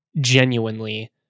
genuinely